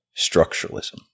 structuralism